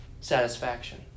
satisfaction